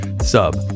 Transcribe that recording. sub